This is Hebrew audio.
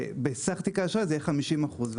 -- ובסך תיק האשראי זה יהיה 50 אחוז.